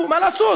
מה לעשות,